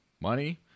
money